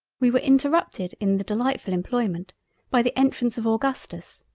we were interrupted in the delightfull employment by the entrance of augustus,